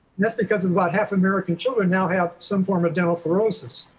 and that's because of about half american children now have some form of dental fluorosis,